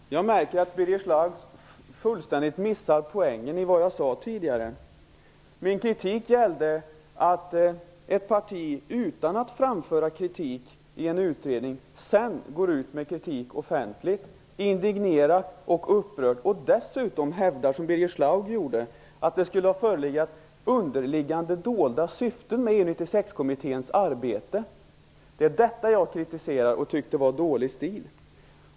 Herr talman! Jag märker att Birger Schlaug fullständigt missade poängen i vad jag tidigare sade. Min kritik gällde att ett parti, som inte har framfört kritik i en utredning, sedan offentligt går ut med kritik, indignerar, upprör och dessutom, som Birger Schlaug gjorde, hävdar att det skulle ha förelegat underliggande dolda syften med EU 96-kommitténs arbete. Det är detta jag kritiserar och som jag tycker är dålig stil.